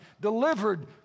delivered